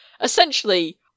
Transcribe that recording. essentially